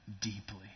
deeply